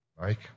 Mike